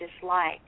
dislike